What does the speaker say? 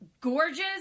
gorgeous